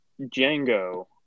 Django